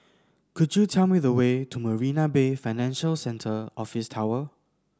could you tell me the way to Marina Bay Financial Centre Office Tower